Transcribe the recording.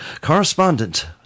correspondent